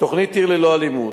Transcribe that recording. תוכנית "עיר ללא אלימות"